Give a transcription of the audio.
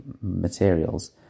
materials